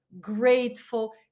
grateful